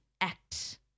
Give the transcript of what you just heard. act